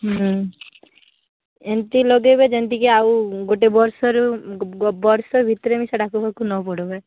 ହୁଁ ଏମିତି ଲଗେଇବେ ଯେମିତିକି ଆଉ ଗୋଟେ ବର୍ଷରୁ ବର୍ଷେ ଭିତରେ ନ ପଡ଼୍ବେ